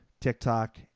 TikTok